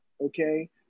okay